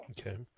Okay